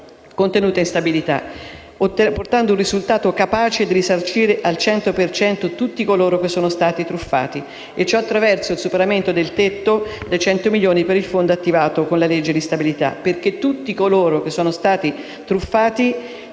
legge di stabilità, ottenendo un risultato capace di risarcire al cento per cento tutti coloro che sono stati truffati. Ciò attraverso il superamento del tetto dei 100 milioni per il fondo attivato con la legge di stabilità, perché tutti coloro che sono stati truffati